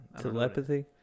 Telepathy